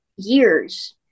years